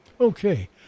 Okay